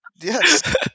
Yes